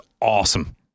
awesome